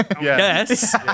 Yes